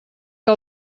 que